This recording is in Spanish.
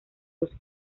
dos